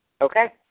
Okay